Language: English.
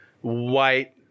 white